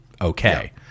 okay